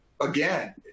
again